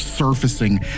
Surfacing